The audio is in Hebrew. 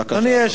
בבקשה.